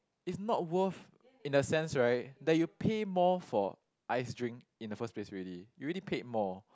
it's not worth in the sense right that you pay more for ice drink in the first place already you already paid more